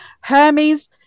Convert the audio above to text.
Hermes